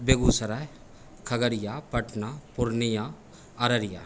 Begusarai Khagaria Patna Purnia Araria